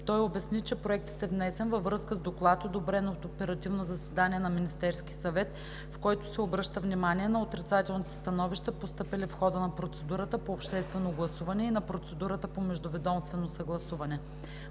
Той обясни, че Проектът е внесен във връзка с Доклад, одобрен на оперативно заседание на Министерския съвет, в който се обръща внимание на отрицателните становища, постъпили в хода на процедурата по обществено обсъждане и на процедурата по междуведомствено съгласуване.